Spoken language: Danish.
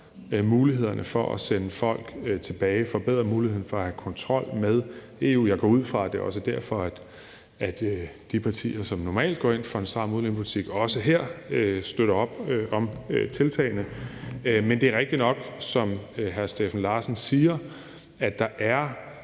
mulighederne for at sende folk tilbage og forbedrer muligheden for at have kontrol med EU. Jeg går ud fra, at det også er derfor, at de partier, som normalt går ind for en stram udlændingepolitik, også her støtter op om tiltagene. Men det er rigtigt nok, som hr. Steffen Larsen siger, at der i